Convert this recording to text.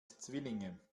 zwillinge